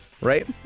right